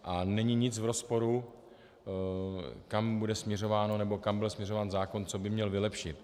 A není nic v rozporu, kam bude směřováno, nebo kam bude směřován zákon, co by měl vylepšit.